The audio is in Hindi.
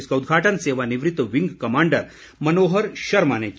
इसका उद्घाटन सेवानिवृत विंग कमांडर मनोहर शर्मा ने किया